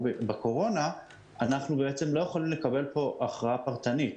בתקופת הקורונה אנחנו בעצם לא יכולים לקבל פה הכרעה פרטנית.